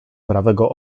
prawego